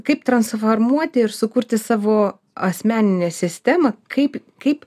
kaip transformuoti ir sukurti savo asmeninę sistemą kaip kaip